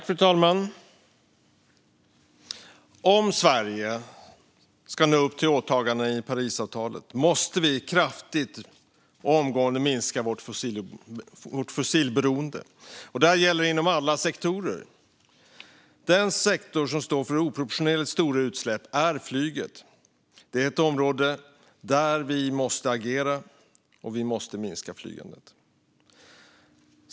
Fru talman! Om Sverige ska nå upp till åtagandena i Parisavtalet måste vi kraftigt och omgående minska vårt fossilberoende. Det gäller inom alla sektorer. Den sektor som står för oproportionerligt stora utsläpp är flyget. Det är ett område där vi måste agera. Vi måste minska flygandet.